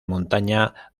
montaña